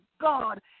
God